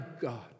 God